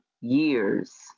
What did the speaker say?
years